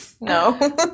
no